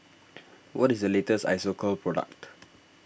what is the latest Isocal product